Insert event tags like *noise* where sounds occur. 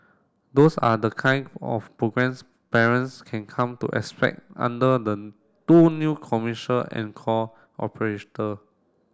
those are the kind of programmes parents can come to expect under the two new commercial anchor *unintelligible*